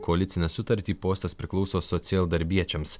koalicinę sutartį postas priklauso socialdarbiečiams